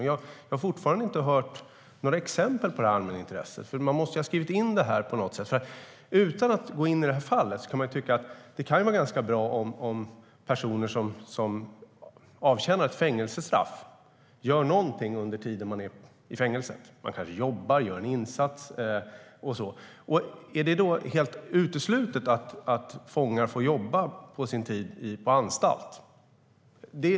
Jag har fortfarande inte hört några exempel på dessa allmänintressen. Utan att gå in i det här fallet kan man ju tycka att det kan vara ganska bra om personer som avtjänar ett fängelsestraff gör någonting under tiden de sitter i fängelse. Man kanske jobbar eller gör en insats. Är det då helt uteslutet att fångar ska få jobba under sin tid på anstalt?